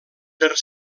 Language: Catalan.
per